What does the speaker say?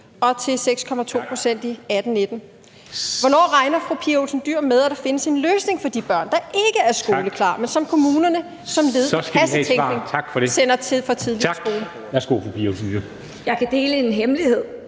til 6,2 pct. i 2018-19. Hvornår regner fru Pia Olsen Dyhr med, at der findes en løsning for de børn, der ikke er skoleklar, men som kommunerne som led i kassetænkning sender for tidligt i skole? Kl. 14:43 Formanden